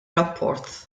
rapport